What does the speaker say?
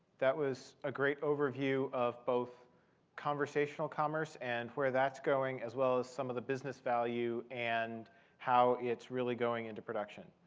that was a great overview of both conversational commerce and where that's going, as well as some of the business value and how it's really going into production.